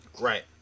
Right